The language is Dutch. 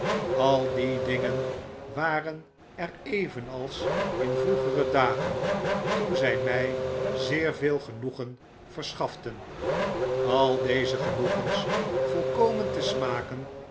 al die dingen waren er evenals in vroegere dagen toen zg my zeer veel genoegen verschaften al deze genoegens volkomen te smaken